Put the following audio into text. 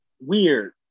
Weird